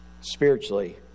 spiritually